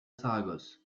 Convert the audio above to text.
saragosse